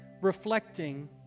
reflecting